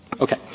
Okay